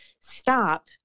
stop